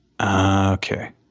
Okay